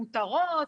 אלה מותרות,